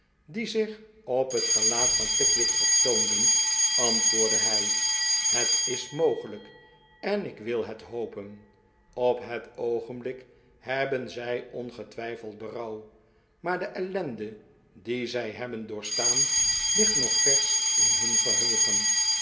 die zich op het gelaat van pickwick vertoonden antwoordde hij het is mogelijk en ik wil het hopen op het oogenblik hebben zij ongetwijfeld berouwj maar de ellende die zij hebben doorstaan ligt nog versch in hun geheugen